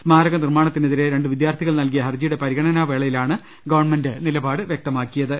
സ്മാരക നിർമ്മാണത്തിനെതിരെ രണ്ടു വിദ്യാർത്ഥികൾ നൽകിയ ഹർജിയുടെ പരിഗണനാവേളയിലാണ് ഗവൺമെന്റ് നിലപാട് വൃക്ത മാക്കിയത്